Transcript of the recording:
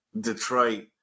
Detroit